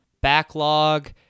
backlog